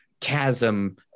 chasm